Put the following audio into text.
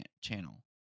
channel